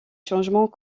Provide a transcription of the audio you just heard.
changements